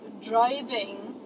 driving